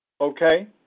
okay